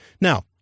Now